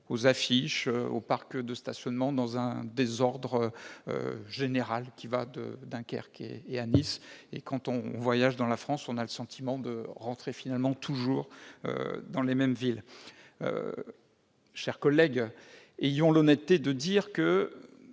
aux affiches et aux parcs de stationnement, dans un désordre général qui va de Dunkerque à Nice. Quand on voyage en France, on a le sentiment d'entrer toujours dans les mêmes villes. Mes chers collègues, ayons l'honnêteté de dire que